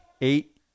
eight